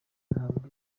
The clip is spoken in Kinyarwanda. ntabwo